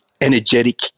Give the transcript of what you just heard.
energetic